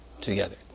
together